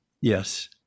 yes